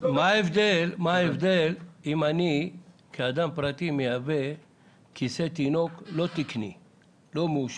מה ההבדל אם אני כאדם פרטי שמייבא כיסא לתינוק לא תקני ולא מאושר?